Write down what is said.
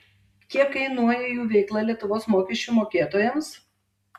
kiek kainuoja jų veikla lietuvos mokesčių mokėtojams